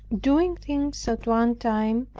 doing things at one time,